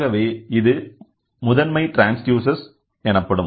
ஆகவே இது முதன்மை ட்ரான்ஸ்டியூசர் ஆகும்